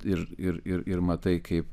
ir ir ir matai kaip